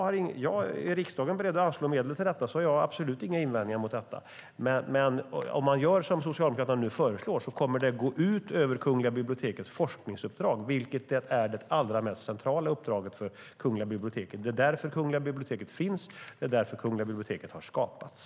Är riksdagen beredd att anslå medel till detta har jag absolut inga invändningar, men om man gör som Socialdemokraterna nu föreslår kommer det att gå ut över Kungliga bibliotekets forskningsuppdrag, vilket är det centralaste uppdraget för Kungliga biblioteket. Det är därför Kungliga biblioteket finns och har skapats.